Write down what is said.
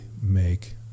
make